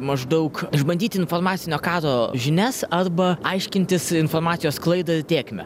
maždaug išbandyti informacinio karo žinias arba aiškintis informacijos sklaidą ir tėkmę